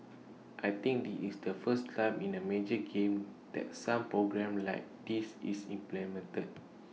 I think this is the first time in A major game that some programme like this is implemented